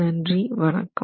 நன்றி வணக்கம்